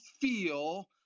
feel